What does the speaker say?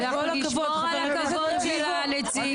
אנחנו נשמור על הכבוד של הנציגים.